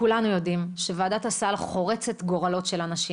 כולנו יודעים שוועדת הסל חורצת גורלות של אנשים.